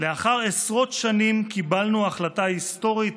"לאחר עשרות שנים קיבלנו החלטה היסטורית